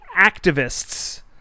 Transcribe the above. activists